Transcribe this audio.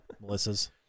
Melissa's